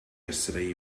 yesterday